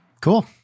Cool